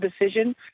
decision